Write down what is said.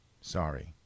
sorry